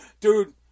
Dude